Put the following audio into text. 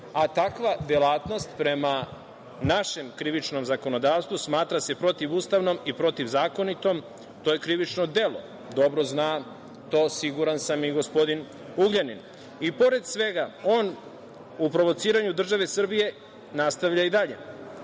a takva delatnost, prema našem krivičnom zakonodavstvu, smatra se protivustavnom i protivzakonitom i to je krivično delo. Dobro zna to, siguran sam, i gospodin Ugljanin.I pored svega, on u provociranju države Srbije nastavlja i dalje.